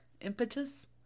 Impetus